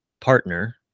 partner